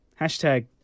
hashtag